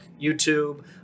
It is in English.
youtube